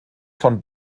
von